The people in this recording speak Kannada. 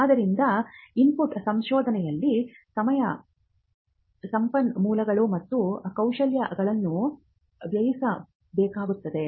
ಆದ್ದರಿಂದ ಇನ್ಪುಟ್ ಸಂಶೋಧನೆಯಲ್ಲಿ ಸಮಯ ಸಂಪನ್ಮೂಲಗಳು ಮತ್ತು ಕೌಶಲ್ಯಗಳನ್ನು ವ್ಯಯಿಸಬೇಕಾಗುತ್ತದೆ